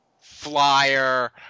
flyer